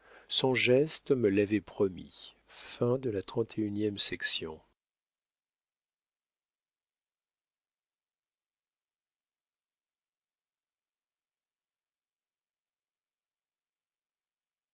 son geste me l'avait promis